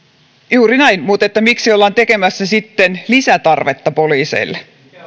juuri näin mutta miksi ollaan tekemässä sitten lisätarvetta poliiseille